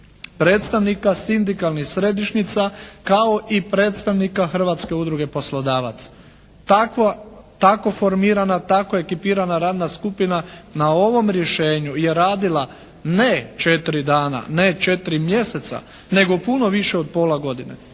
predstavnika sindikalnih središnjica kao i predstavnika Hrvatske udruge poslodavaca. Tako formirana, tako ekipirana radna skupina na ovom rješenju je radila ne četiri dana, ne četiri mjeseca, nego puno više od pola godine.